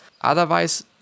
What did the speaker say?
otherwise